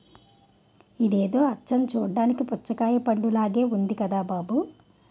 ఇదేదో అచ్చం చూడ్డానికి పుచ్చకాయ పండులాగే ఉంది కదా బాబూ